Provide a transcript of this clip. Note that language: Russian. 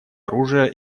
оружия